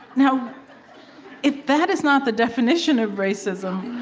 you know if that is not the definition of racism,